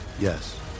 Yes